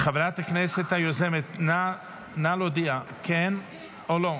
חברת הכנסת היוזמת, נא להודיע, כן או לא.